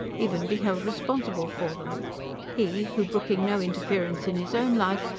even be held responsible for them he who, brooking no interference in his own life,